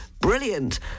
Brilliant